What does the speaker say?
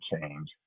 change